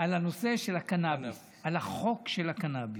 על הנושא של הקנביס, על החוק של הקנביס,